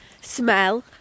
Smell